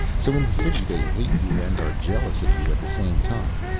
so in the city they hate you and are jealous of you at the same time.